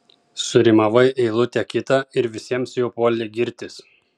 surimavai eilutę kitą ir visiems jau puoli girtis